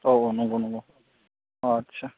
औ औ नंगौ नंगौ आदसा